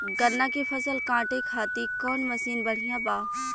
गन्ना के फसल कांटे खाती कवन मसीन बढ़ियां बा?